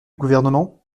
gouvernement